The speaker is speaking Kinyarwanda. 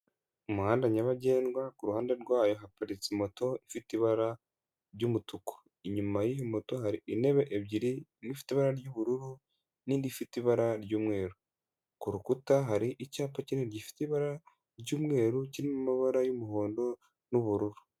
Umuhanda nyabagendwa ku ruhande rwayo haparitse moto ifite ibara ry'umutuku, inyuma y'iyi moto hari intebe ebyiri, imwe ifite ibara ry'ubururu n'indi ifite ibara ry'umweru, ku rukuta hari icyapa kinini gifite ibara ry'umweru, kirimo amabara y'umuhondo n'ubururu.